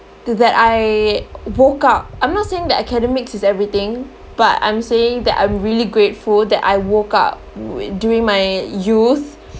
that I woke up I'm not saying that academics is everything but I'm saying that I'm really grateful that I woke up during my youth